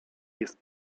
jest